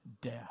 death